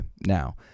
Now